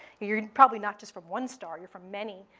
you're probably not just from one star. you're from many,